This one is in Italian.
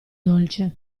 dolce